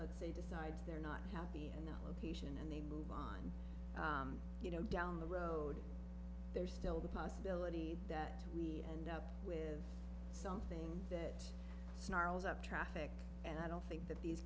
let's say decides they're not happy and the location and they move on you know down the road there's still the possibility that we end up with something that snarls up traffic and i don't think that these